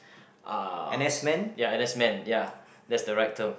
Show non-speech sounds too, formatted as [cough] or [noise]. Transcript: [noise] uh ya N_S man ya that's the right term